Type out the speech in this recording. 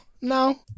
no